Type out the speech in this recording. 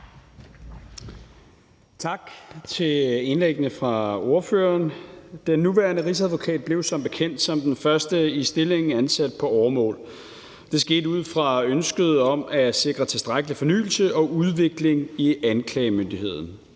Tak for indlæggene fra ordførerne. Den nuværende rigsadvokat blev som bekendt som den første i stillingen ansat på åremål. Det skete ud fra ønsket om at sikre tilstrækkelig fornyelse og udvikling i anklagemyndigheden.